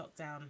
lockdown